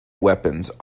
weapons